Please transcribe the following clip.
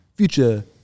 future